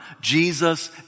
Jesus